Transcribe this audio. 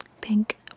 pink